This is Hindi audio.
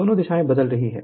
दोनों दिशाएं बदल रही हैं